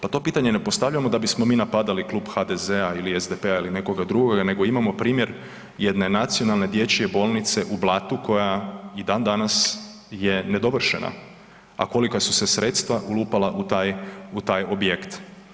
Pa to pitanje ne postavljamo da bismo mi napadali Klub HDZ-a ili SDP-a ili nekoga druga nego imamo primjer jedne nacionalne dječje bolnice u Blatu koja i dan danas je nedovršena, a kolika su se sredstva ulupala u taj, u taj objekt.